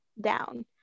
down